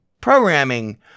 programming